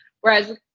Whereas